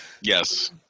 Yes